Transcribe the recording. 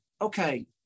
Okay